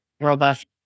robust